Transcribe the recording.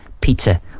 pizza